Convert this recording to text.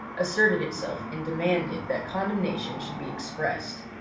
asserted itself and demanded that condemnation should be expressed.